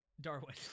Darwin